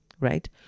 right